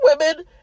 women